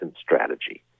strategy